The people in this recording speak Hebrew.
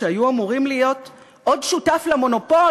שהיו אמורים להיות עוד שותף למונופול,